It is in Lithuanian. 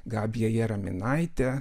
gabija jaraminaitė